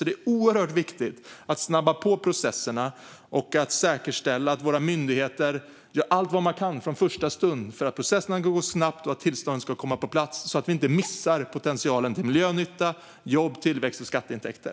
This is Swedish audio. Det är alltså oerhört viktigt att snabba på processerna och att säkerställa att våra myndigheter från första stund gör allt vad de kan för att processerna ska gå snabbt och för att tillstånd ska komma på plats, så att vi inte missar potentialen till miljönytta, jobb, tillväxt och skatteintäkter.